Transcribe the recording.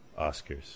oscars